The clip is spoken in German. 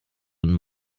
und